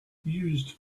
used